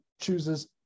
chooses